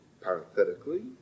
Parenthetically